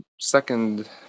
second